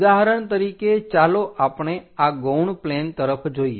ઉદાહરણ તરીકે ચાલો આપણે આ ગૌણ પ્લેન તરફ જોઈએ